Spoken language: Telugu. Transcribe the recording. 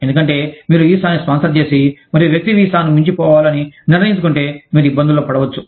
ఎందుకంటే మీరు వీసాను స్పాన్సర్ చేసి మరియు వ్యక్తి వీసాను మించిపోవాలని నిర్ణయించుకుంటే మీరు ఇబ్బందుల్లో పడవచ్చు